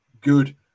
good